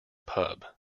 pub